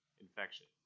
infection